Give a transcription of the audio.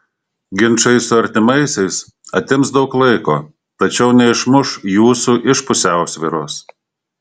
ginčai su artimaisiais atims daug laiko tačiau neišmuš jūsų iš pusiausvyros